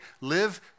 live